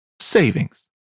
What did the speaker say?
savings